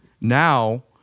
now